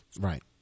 Right